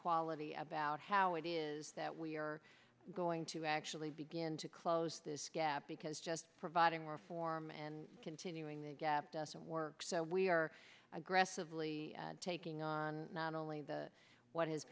quality about how it is that we are going to actually begin to close this gap because just providing reform and continuing that gap doesn't work so we are aggressively taking on not only the what has